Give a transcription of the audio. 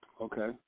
Okay